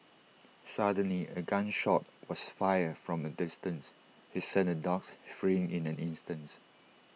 suddenly A gun shot was fired from A distance he sent the dogs fleeing in an instants